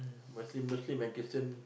mostly Muslim and Christian